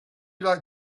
like